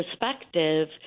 perspective